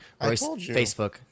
Facebook